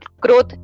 growth